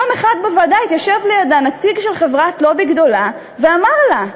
יום אחד התיישב לידה בוועדה נציג של חברת לובי גדולה ואמר לה: